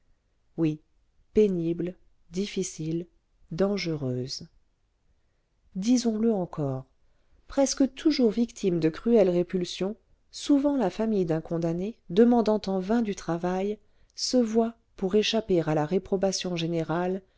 oui pénible difficile dangereuse disons-le encore presque toujours victime de cruelles répulsions souvent la famille d'un condamné demandant en vain du travail se voit pour échapper à la réprobation générale